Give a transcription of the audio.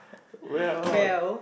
well